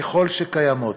ככל שקיימות.